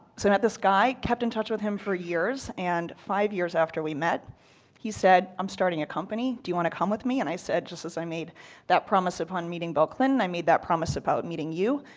so i met this guy, kept in touch with him for years. and five years after we met he said i'm starting a company do you want to come with me? and i said, just as i made that promise upon meeting bill clinton, i made that promise about meeting you,